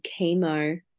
chemo